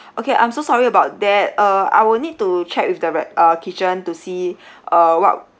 okay I'm so sorry about that uh I will need to check with the re~ uh kitchen to see uh what